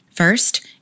First